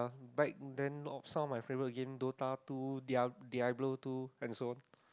back then of some of my favourite games Dota two dia~ Diablo two and so on